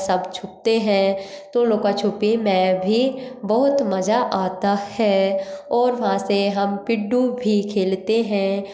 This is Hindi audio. सब छुपते हैं तो लुका छुपी में भी बहुत मज़ा आता है और वहाँ से हम पिड्डु भी खेलते हैं